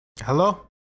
Hello